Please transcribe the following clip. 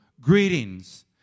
greetings